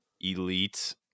elite